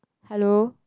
hello